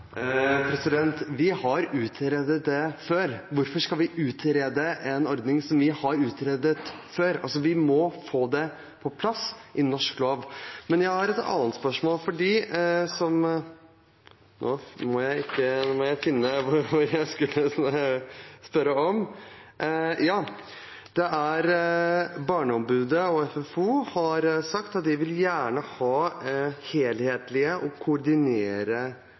Vi har utredet dette før. Hvorfor skal vi utrede en ordning som vi har utredet før? Vi må få det på plass i norsk lov. Men jeg har et annet spørsmål. Barneombudet og Funksjonshemmedes Fellesorganisasjon, FFO, har sagt at de gjerne vil ha helhetlige og koordinerte tjenester for barn og ungdom. Derfor har vi foreslått dette. Men vi ser at regjeringspartiene har sagt at de vil stemme imot, og